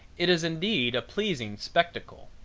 it is indeed a pleasing spectacle.